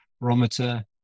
barometer